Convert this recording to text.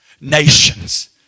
Nations